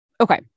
Okay